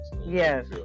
Yes